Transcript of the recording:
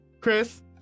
Chris